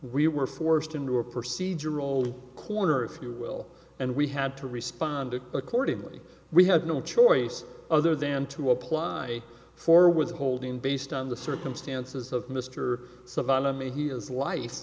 we were forced into a procedural corner if you will and we had to respond accordingly we have no choice other than to apply for withholding based on the circumstances of mr savannah may he is life